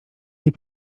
nie